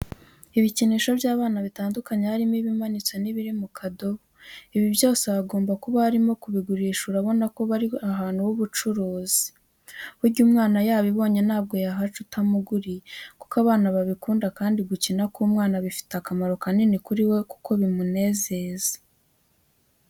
Ibikinisho by'abana bitandukanye harimo ibimanitse n'ibiri mu kadobo, ibi byose hagomba kuba barimo kubigurisha, urabona ko biri ahantu h'ubucuruzi. Burya umwana yabibonye ntabwo yahaca utabimuguriye kuko abana babikunda kandi gukina k'umwana bifite akamaro kanini kuri we kuko bimunezeza.